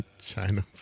China